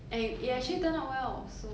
and it it actually turn out well so